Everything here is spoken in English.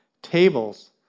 Tables